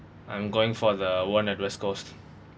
I'm going for the one at west coast